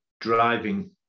driving